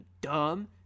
dumb